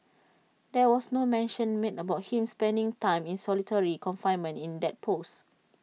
there was no mention made about him spending time in solitary confinement in that post